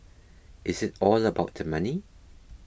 is it all about the money